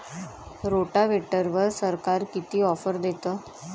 रोटावेटरवर सरकार किती ऑफर देतं?